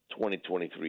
2023